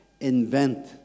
invent